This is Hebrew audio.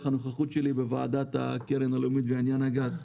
הנוכחות שלי בוועדת הקרן הלאומית בעניין הגז,